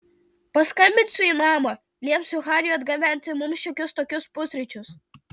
paskambinsiu į namą liepsiu hariui atgabenti mums šiokius tokius pusryčius